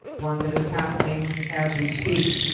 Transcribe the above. one that is happening as we speak.